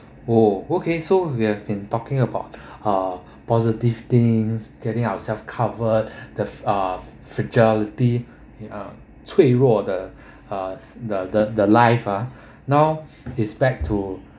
oh okay so we have been talking about uh positive things getting ourselves covered the uh fragility uh 脆弱的 uh the the life ah now it's back to